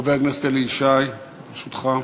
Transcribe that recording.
חבר הכנסת אלי ישי, ברשותך.